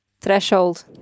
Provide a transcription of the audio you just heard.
Threshold